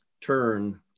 turn